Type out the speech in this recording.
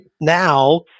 now